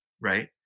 right